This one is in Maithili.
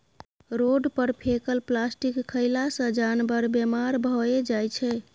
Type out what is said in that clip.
रोड पर फेकल प्लास्टिक खएला सँ जानबर बेमार भए जाइ छै